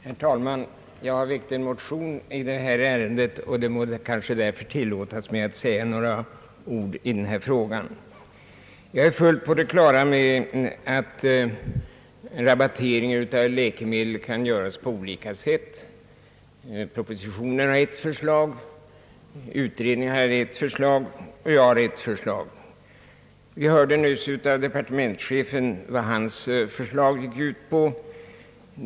Herr talman! Jag har väckt en motion i detta ärende, och det må därför kanske tillåtas mig att säga några ord. Jag är fullt på det klara med att rabatteringen av läkemedel kan ske på olika sätt. Propositionen har ett förslag. Utredningen har ett förslag, och jag har ett förslag. Vi hörde nyss av departementschefen vad hans förslag gick ut på.